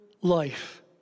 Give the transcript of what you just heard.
life